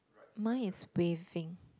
mine is waving